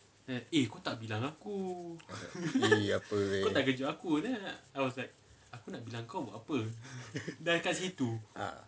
eh apa ni ah